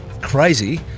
crazy